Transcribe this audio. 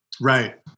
right